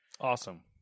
Awesome